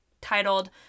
titled